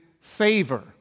favor